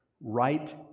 right